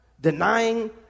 denying